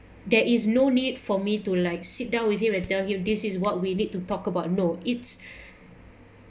there is no need for me to like sit down with him and tell him this is what we need to talk about no it's